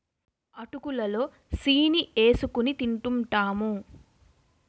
అటుకులు లో సీని ఏసుకొని తింటూంటాము